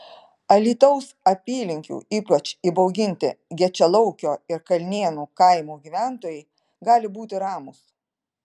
alytaus apylinkių ypač įbauginti gečialaukio ir kalnėnų kaimų gyventojai gali būti ramūs